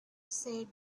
said